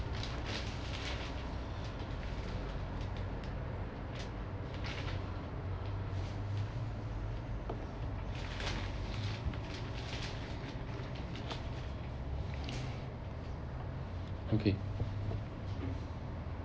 okay